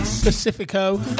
Pacifico